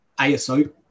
ASO